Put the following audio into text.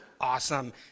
awesome